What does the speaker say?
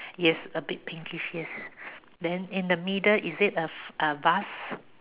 yes a bit pinkish yes then in the middle is it a a vase